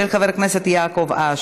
עברה בקריאה טרומית,